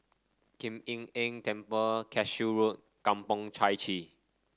Kuan Im Tng Temple Cashew Road Kampong Chai Chee